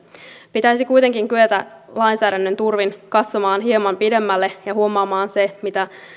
pitäisi kuitenkin kyetä lainsäädännön turvin katsomaan hieman pidemmälle ja huomaamaan se mitä